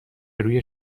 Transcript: روی